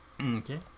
Okay